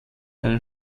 einen